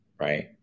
right